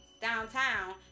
downtown